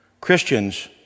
Christians